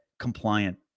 compliant